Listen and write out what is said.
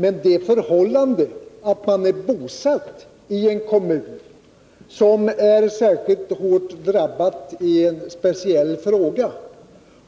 Men det förhållandet att man är bosatt i en kommun som är särskilt hårt drabbad i en speciell fråga